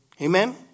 Amen